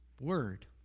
word